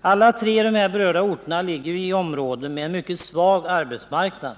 Alla tre berörda orter ligger inom områden med en mycket svag arbetsmarknad.